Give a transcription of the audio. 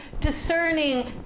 discerning